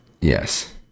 Yes